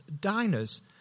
diners